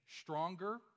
stronger